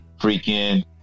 Freaking